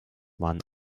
waren